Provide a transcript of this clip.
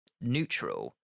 neutral